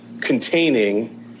containing